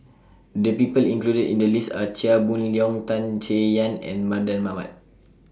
The People included in The list Are Chia Boon Leong Tan Chay Yan and Mardan Mamat